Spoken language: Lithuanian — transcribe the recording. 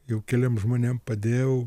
jau keliem žmonėm padėjau